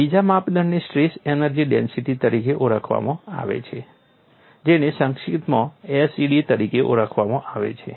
બીજા માપદંડને stress energy density તરીકે ઓળખવામાં આવે છે જેને સંક્ષિપ્તમાં SED તરીકે ઓળખવામાં આવે છે